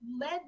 Led